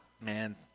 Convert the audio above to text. man